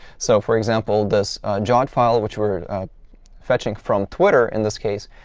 so, for example, this jod file, which we're fetching from twitter in this case,